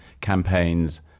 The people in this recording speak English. campaigns